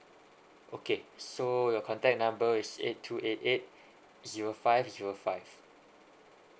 okay so your contact number is eight two eight eight zero five zero five